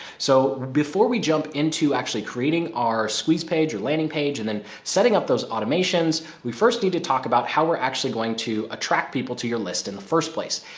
so before we jump into actually creating our squeeze page or landing page and then setting up those automations, we first need to talk about how we're actually going to attract people to your list in the first place.